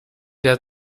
der